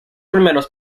primeros